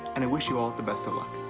and i wish you all the best of luck.